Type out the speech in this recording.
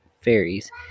fairies